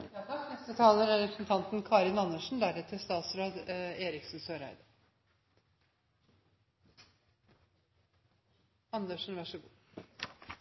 Det er en enstemmig komité som står bak dagens innstilling. Det er